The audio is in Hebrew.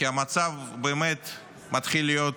כי המצב באמת מתחיל להיות,